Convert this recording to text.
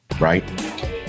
Right